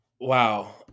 wow